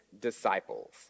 disciples